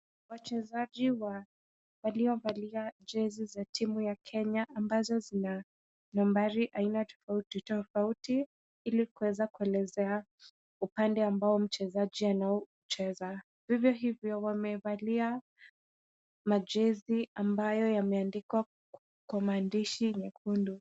Wachezaji waliovalia jezi za timu ya Kenya, ambazo zina nambari aina tofauti tofauti ili kuweza kuelezea upande ambao mchezaji anaocheza. Vivyo hivyo wamevalia majezi ambayo yameandikwa kwa maandishi nyekundu.